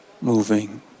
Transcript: moving